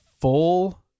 full